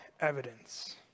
Evidence